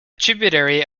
tributary